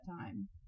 time